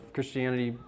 Christianity